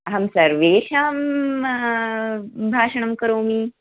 अहं सर्वेषां भाषणं करोमि